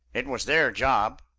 it was their job.